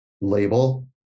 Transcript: label